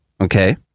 Okay